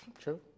true